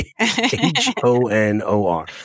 H-O-N-O-R